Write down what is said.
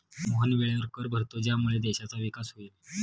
मोहन वेळेवर कर भरतो ज्यामुळे देशाचा विकास होईल